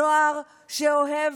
נוער שאוהב,